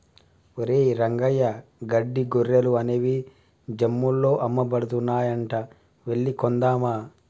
ఒరేయ్ రంగయ్య గడ్డి గొర్రెలు అనేవి జమ్ముల్లో అమ్మబడుతున్నాయంట వెళ్లి కొందామా